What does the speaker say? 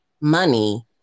money